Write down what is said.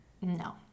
No